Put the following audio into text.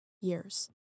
years